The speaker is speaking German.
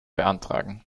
beantragen